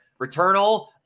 Returnal